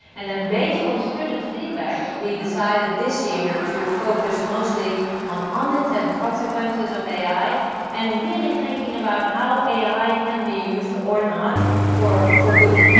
and then based on student feedback we decided this year to focus mostly on unintended consequences of ai and really thinking about how ai can be used or not for for good.